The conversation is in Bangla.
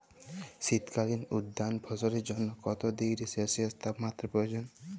শীত কালীন উদ্যান ফসলের জন্য কত ডিগ্রী সেলসিয়াস তাপমাত্রা প্রয়োজন?